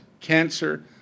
cancer